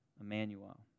Emmanuel